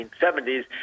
1970s